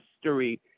history